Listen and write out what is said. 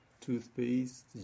toothpaste